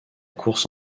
course